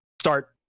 start